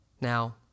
Now